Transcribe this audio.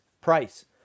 price